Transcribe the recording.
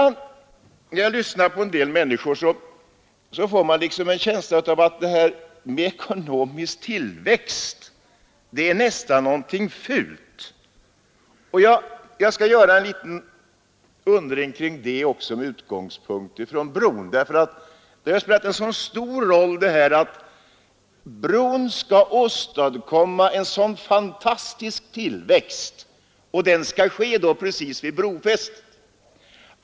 När jag lyssnar på en del människor får jag ibland en känsla av att ekonomisk tillväxt nästan är någonting fult. Jag skall framföra en liten undring också kring det med utgångspunkt i bron. Det har ju spelat så stor roll i debatten att bron skall åstadkomma en sådan fantastisk tillväxt, som skall ske precis vid brofästet.